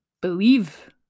believe